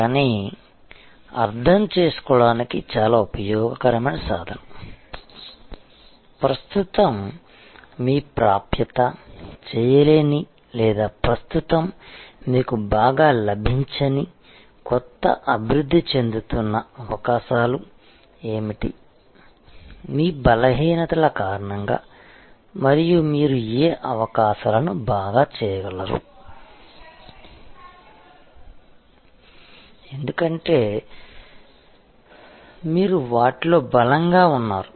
కానీ అర్థం చేసుకోవడానికి చాలా ఉపయోగకరమైన సాధనం ప్రస్తుతం మీకు ప్రాప్యత చేయలేని లేదా ప్రస్తుతం మీకు బాగా లభించని కొత్త అభివృద్ధి చెందుతున్న అవకాశాలు ఏమిటి మీ బలహీనతల కారణంగా మరియు మీరు ఏ అవకాశాలను బాగా చేయగలరు ఎందుకంటే మీరు వాటిలో బలంగా ఉన్నారు